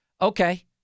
Okay